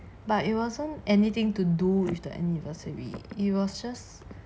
but it wasn't anything to do with the anniversary it was just